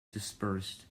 dispersed